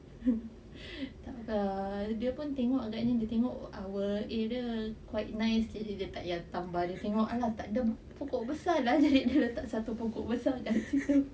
tak lah dia pun tengok agaknya dia tengok our area quite nice jadi dia takyah tambah dia tengok !alah! tak ada pokok besar lah jadi dia letak satu pokok besar dekat situ